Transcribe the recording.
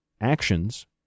actions